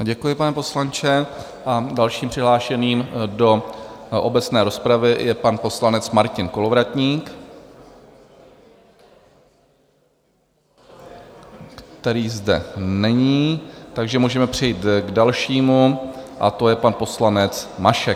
Děkuji, pane poslanče, a dalším přihlášeným do obecné rozpravy je pan poslanec Martin Kolovratník, který zde není, takže můžeme přejít k dalšímu a to je pan poslanec Mašek.